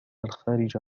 الخارج